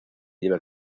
lleva